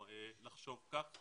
לחשוב כך.